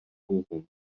bochum